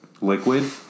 liquid